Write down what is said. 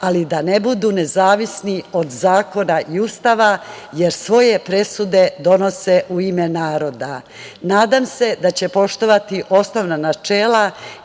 ali da ne budu nezavisni od zakona i Ustava, jer svoje presude donose u ime naroda. Nadam se da će poštovati osnovna načela,